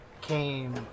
came